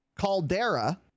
Caldera